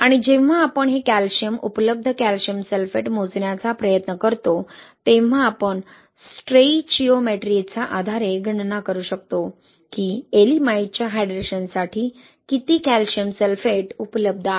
आणि जेव्हा आपण हे कॅल्शियम उपलब्ध कॅल्शियम सल्फेट मोजण्याचा प्रयत्न करतो तेव्हा आपण स्टोइचियोमेट्रीच्या आधारे गणना करू शकतो की येएलिमाइटच्या हायड्रेशनसाठी किती कॅल्शियम सल्फेट उपलब्ध आहे